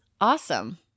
Awesome